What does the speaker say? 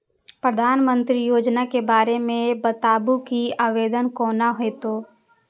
प्रधानमंत्री योजना के बारे मे बताबु की आवेदन कोना हेतै?